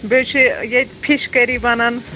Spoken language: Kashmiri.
بیٚیہِ چھُ ییٚتہِ فِش کٔری بَنان